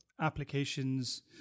applications